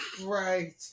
Right